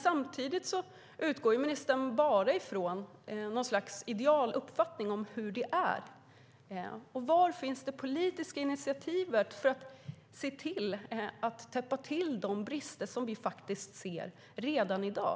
Samtidigt utgår ministern bara från någon sorts idealuppfattning om hur det är. Var finns det politiska initiativet för att täppa till de brister som vi ser redan i dag?